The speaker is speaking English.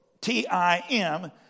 T-I-M